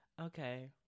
okay